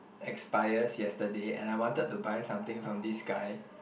expires yesterday and I wanted to buy something from this guy